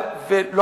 זה